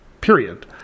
period